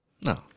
No